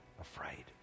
afraid